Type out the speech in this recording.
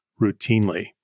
routinely